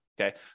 Okay